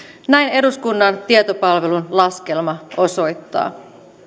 näin eduskunnan tietopalvelun laskelma osoittaa